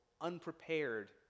unprepared